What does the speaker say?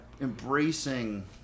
embracing